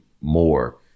more